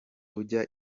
ujya